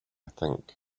think